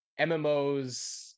MMOs